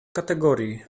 kategorii